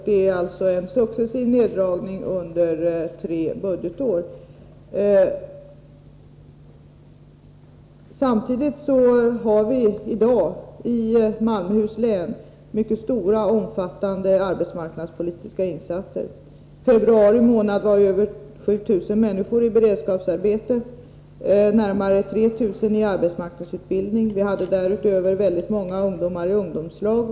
Det är fråga om en 19 Samtidigt gör vi i dag i Malmöhus län mycket omfattande arbetsmarknadspolitiska insatser. I februari månad var över 7 000 människor i beredskapsarbete, närmare 3 000 i arbetsmarknadsutbildning. Vi hade därutöver många undomar i ungdomslag.